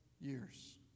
years